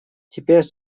теперь